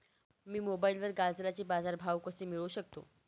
मी मोबाईलवर गाजराचे बाजार भाव कसे मिळवू शकतो?